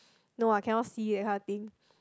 no I cannot see that kind of thing